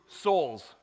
souls